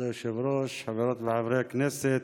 כבוד היושב-ראש, חברות וחברי הכנסת,